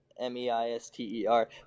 M-E-I-S-T-E-R